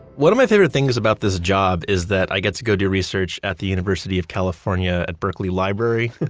one of my favorite things about this job is that i get to go do research at the university of california, at berkeley library,